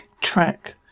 track